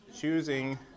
Choosing